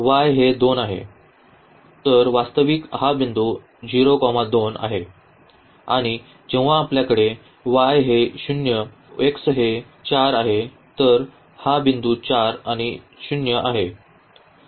तर वास्तविक हा बिंदू 02 आहे आणि जेव्हा आपल्याकडे y हे 0 x हे 4 आहे तर हा बिंदू 4 आणि 0 आहे